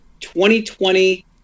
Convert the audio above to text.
2020